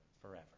forever